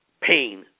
pain